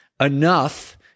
enough